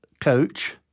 coach